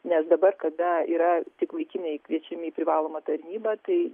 nes dabar kada yra tik vaikinai kviečiami į privalomą tarnybą tai